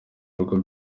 rugo